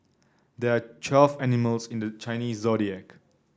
there are twelve animals in the Chinese Zodiac